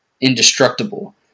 indestructible